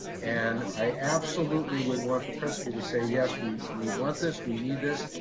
and i absolutely would want the principal to say, yes we we want this, we need this.